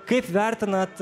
kaip vertinat